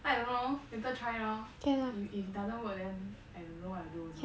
so I don't know later try lor if if doesn't work then I don't know what to do also